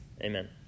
Amen